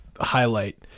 highlight